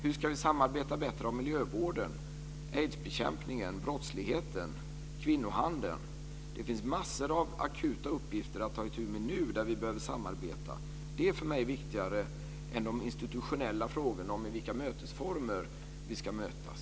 Hur ska vi samarbeta bättre om miljövården, aidsbekämpningen, brottsligheten och kvinnohandeln? Det finns massor av akuta uppgifter att ta itu med nu där vi behöver samarbeta. Det är för mig viktigare än de institutionella frågorna om i vilka former vi ska mötas.